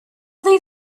they